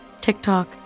tiktok